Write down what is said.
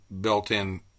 built-in